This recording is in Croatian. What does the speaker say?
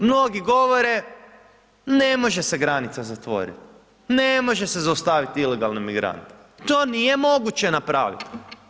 mnogi govore, ne može se granica zatvoriti, ne može se zaustaviti ilegalne migrante, to nije moguće napraviti.